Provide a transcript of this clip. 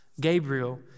Gabriel